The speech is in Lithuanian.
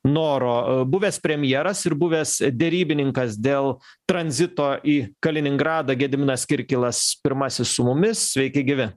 noro buvęs premjeras ir buvęs derybininkas dėl tranzito į kaliningradą gediminas kirkilas pirmasis su mumis sveiki gyvi